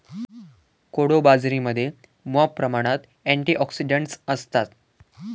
कोडो बाजरीमध्ये मॉप प्रमाणात अँटिऑक्सिडंट्स असतत